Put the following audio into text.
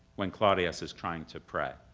when claudius is trying to pray.